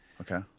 Okay